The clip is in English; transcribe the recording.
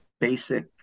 basic